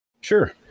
Sure